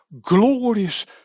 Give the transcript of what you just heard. glorious